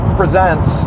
presents